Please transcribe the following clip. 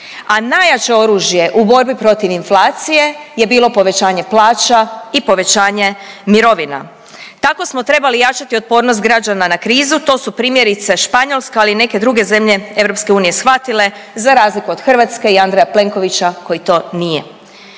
a najjače oružje u borbi protiv inflacije je bilo povećanje plaća i povećanje mirovina. Tako smo trebali jačati otpornost građana na krizu, to su primjerice Španjolska, ali i neke druge zemlje EU shvatile za razliku od Hrvatske i Andreja Plenkovića koji to nije.